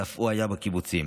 ואף היא הייתה בקיבוצים.